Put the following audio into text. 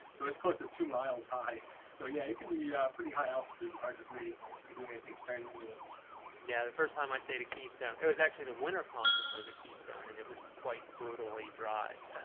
so it's close to two miles high so yeah, it can be pretty high altitude and are degrees you're doing anything strenuous yeah, the first time i stayed at keystone, it was actually the winter conference. i was a keystone and it was quite brutally dries.